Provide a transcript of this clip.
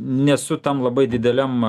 nesu tam labai dideliam